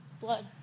blood